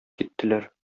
киттеләр